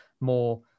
more